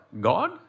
God